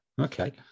okay